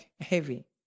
heavy